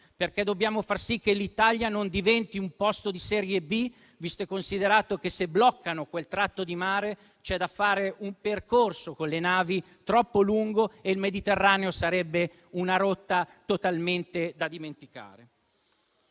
perché dobbiamo far sì che l'Italia non diventi un posto di serie B, visto che se bloccano quel tratto di mare c'è da fare un percorso con le navi troppo lungo e il Mediterraneo sarebbe una rotta totalmente da dimenticare.